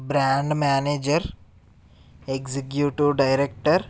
brand manager executive director